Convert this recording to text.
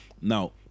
Now